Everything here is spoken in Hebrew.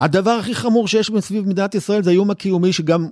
הדבר הכי חמור שיש מסביב מדינת ישראל זה האיום הקיומי שגם